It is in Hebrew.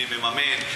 מי מממן,